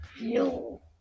No